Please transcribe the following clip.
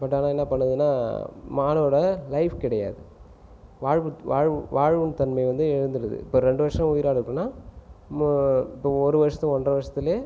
but ஆனால் என்ன பண்ணுதுன்னால் மாடோடய லைஃப் கிடையாது வாழும் தன்மை வந்து இழந்துவிடுது இப்போ ரெண்டு வருஷம் உயிரோடு இருக்குன்னால் இப்போ ஒரு வருஷத்தில் ஒன்றரை வருஷத்திலே